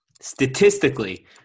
statistically